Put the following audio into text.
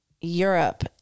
Europe